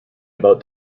about